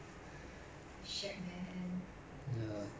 oh my god are we are we almost done I don't think we are done yet